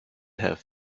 have